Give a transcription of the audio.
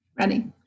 Ready